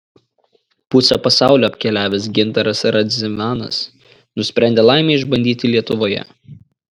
pusę pasaulio apkeliavęs gintaras radzivanas nusprendė laimę išbandyti lietuvoje